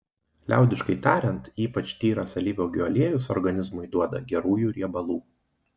liaudiškai tariant ypač tyras alyvuogių aliejus organizmui duoda gerųjų riebalų